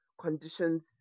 conditions